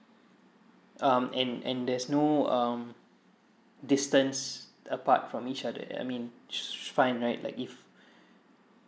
um and and there's no um distance apart from each other I mean s~ she's fine right like if